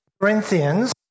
Corinthians